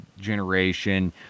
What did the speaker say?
generation